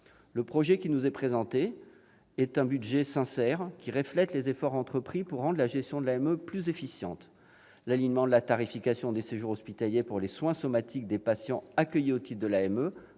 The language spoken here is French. Le budget qui nous est présenté est sincère et reflète les efforts entrepris pour rendre la gestion de l'AME plus efficiente. L'alignement de la tarification des séjours hospitaliers pour les soins somatiques des patients accueillis au titre de l'AME